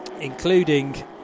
including